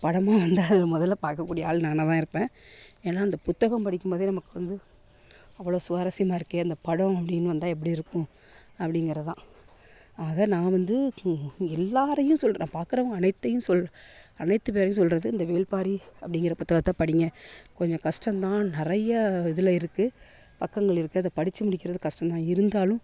படமாக வந்தால் அதை முதலில் பார்க்கக்கூடிய ஆள் நானாக தான் இருப்பேன் ஏன்னா அந்த புத்தகம் படிக்கும் போது நமக்கு வந்து அவ்வளோ சுவாரசியமாக இருக்கு அந்த படம் அப்படினு வந்தால் எப்படி இருக்கும் அப்படிங்கிறது தான் ஆக நான் வந்து எல்லோரையும் சொல்கிறேன் நான் பாக்கிறவங்க அனைத்தையும் சொல் அனைத்து பேரையும் சொல்வது இந்த வேள்பாரி அப்படிங்கிற புத்தகத்தை படியுங்க கொஞ்சம் கஷ்டம் தான் நிறைய இதில் இருக்கு பக்கங்கள் இருக்கு அதை படித்து முடிக்கிறது கஷ்டம் தான் இருந்தாலும்